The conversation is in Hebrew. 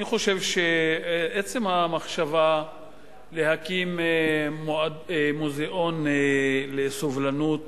אני חושב שעצם המחשבה להקים מוזיאון לסובלנות